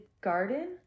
garden